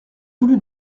voulu